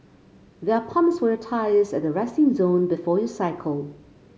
there are pumps for your tyres at the resting zone before you cycle